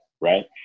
right